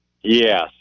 Yes